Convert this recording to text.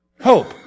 Hope